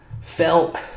felt